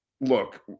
look